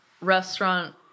restaurant